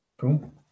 Cool